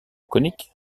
conique